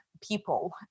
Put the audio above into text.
people